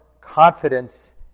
confidence